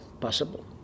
possible